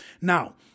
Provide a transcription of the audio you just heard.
Now